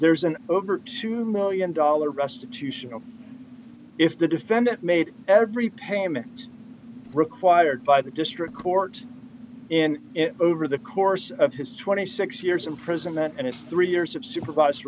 there's an over two million dollars restitution if the defendant made every payment required by the district court in over the course of his twenty six years imprisonment and its three years of supervise